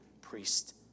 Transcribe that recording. priest